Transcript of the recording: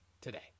today